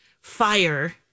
fire